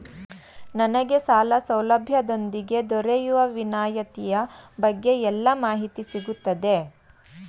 ನನಗೆ ಸಾಲ ಸೌಲಭ್ಯದೊಂದಿಗೆ ದೊರೆಯುವ ವಿನಾಯತಿಯ ಬಗ್ಗೆ ಎಲ್ಲಿ ಮಾಹಿತಿ ಸಿಗುತ್ತದೆ?